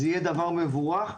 זה יהיה דבר מבורך,